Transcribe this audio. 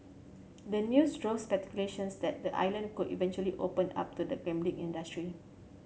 the news drove speculations that the island could eventually open up to the gambling industry